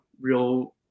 real